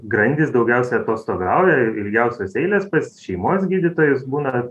grandys daugiausiai atostogauja ilgiausios eilės pas šeimos gydytojus būna